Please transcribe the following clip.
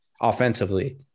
offensively